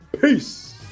Peace